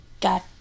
got